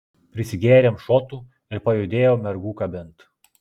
prisigėrėm šotų ir pajudėjom mergų kabint